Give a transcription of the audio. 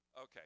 Okay